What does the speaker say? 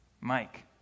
Mike